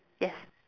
yes